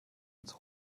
ins